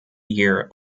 year